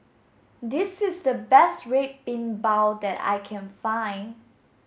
this is the best red bean bao that I can find